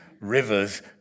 rivers